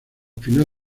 final